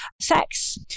sex